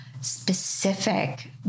specific